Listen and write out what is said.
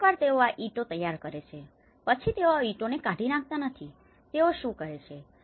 તો એકવાર તેઓ આ ઇંટો તૈયાર કરે છે પછી તેઓ આ ઇંટોને કાઢી નાખતા નથી તેઓ શુ કરે છે